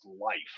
life